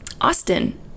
Austin